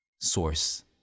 Source